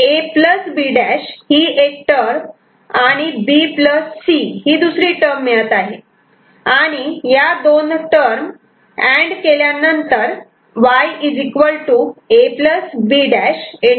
आणि आपल्याला A B' ही एक टर्म आणि B C ही दुसरी टर्म मिळत आहे आणि या दोन टर्म अँड केल्यानंतर Y A B'